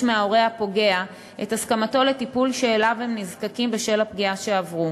מההורה הפוגע את הסכמתו לטיפול שאליו הם נזקקים בשל הפגיעה שעברו